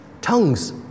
tongues